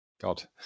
God